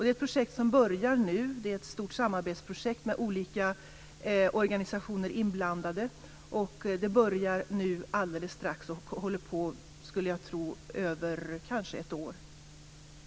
Det är fråga om ett stort samarbetsprojekt med olika organisationer inblandade. Det ska sättas i gång alldeles strax, och jag skulle tro att det kommer att pågå över kanske ett år.